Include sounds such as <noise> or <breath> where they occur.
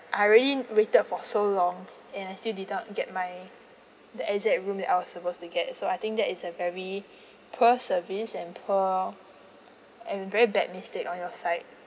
I already waited for so long and I still didn't get my the exact room that I was supposed to get so I think that is a very <breath> poor service and poor and very bad mistake on your side